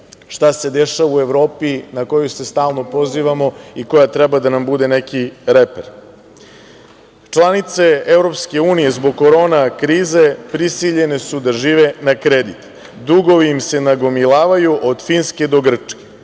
šta se dešava u Evropi na koju se stalno pozivamo i koja treba da nam bude neki reper. Članice EU zbog korona krize prisiljene su da žive na kredit. Dugovi im se nagomilavaju od Finske do Grčke.